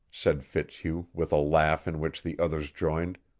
said fitzhugh with a laugh in which the others joined.